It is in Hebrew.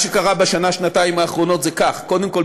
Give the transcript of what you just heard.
מה שקרה בשנה-שנתיים האחרונות הוא זה: קודם כול,